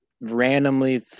randomly